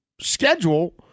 schedule